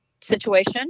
situation